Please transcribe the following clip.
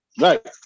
Right